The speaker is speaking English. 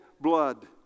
blood